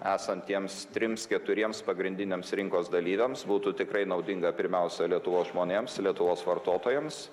esantiems trims keturiems pagrindiniams rinkos dalyviams būtų tikrai naudinga pirmiausia lietuvos žmonėms lietuvos vartotojams